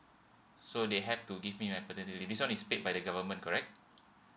so they have to give me the paternity leave lah this one is paid by the government correct